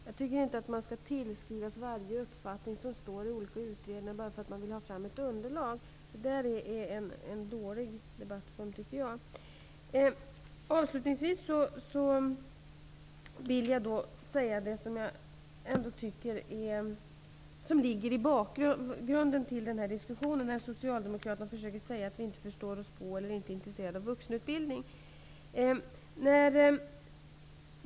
Jag tycker inte att regeringen skall tillskrivas varje uppfattning i olika utredningar bara för att vi vill ha fram ett underlag. Att hävda det är en dålig debattform. Bakgrunden till denna diskussion är att Socialdemokraterna försöker säga att vi inte förstår oss på eller inte är intresserade av vuxenutbildning.